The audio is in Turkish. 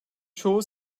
çoğu